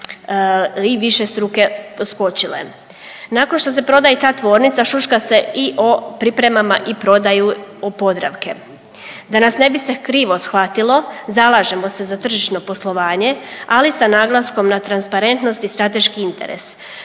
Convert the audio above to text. i višestruke skočile. Nakon što se proda i ta tvornica šuška se i o pripremama i prodaju Podravke. Da nas ne bi se krivo shvatilo zalažemo se za tržišno poslovanje ali sa naglaskom na transparentnost i strateški interes